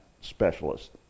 specialist